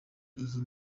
iyi